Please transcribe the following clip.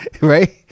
right